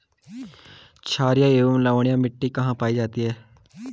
छारीय एवं लवणीय मिट्टी कहां कहां पायी जाती है?